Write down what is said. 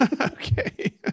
okay